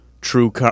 true